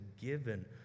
given